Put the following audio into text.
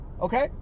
okay